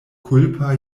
kulpa